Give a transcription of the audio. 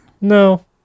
No